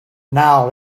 now